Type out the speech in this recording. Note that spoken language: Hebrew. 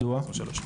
מדוע?